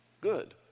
Good